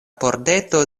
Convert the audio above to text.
pordeto